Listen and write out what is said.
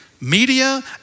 media